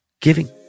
Giving